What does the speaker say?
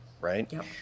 right